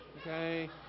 okay